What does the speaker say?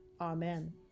amen